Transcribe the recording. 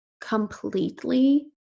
completely